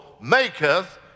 maketh